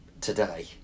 today